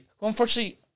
Unfortunately